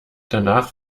danach